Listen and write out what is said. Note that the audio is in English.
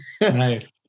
Nice